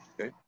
Okay